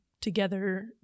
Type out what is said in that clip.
together